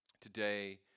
today